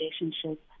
relationship